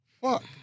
Fuck